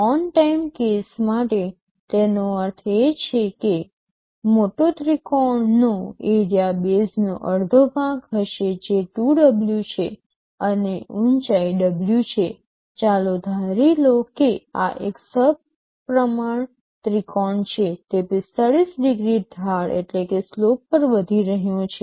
on time case માટે તેનો અર્થ એ છે કે મોટો ત્રિકોણનો એરિયા બેઝનો અડધો ભાગ હશે જે 2W છે અને ઉચાઈ W છે ચાલો ધારી લો કે આ એક સમપ્રમાણ ત્રિકોણ છે તે 45 ડિગ્રી ઢાળ પર વધી રહ્યો છે